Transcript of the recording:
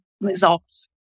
results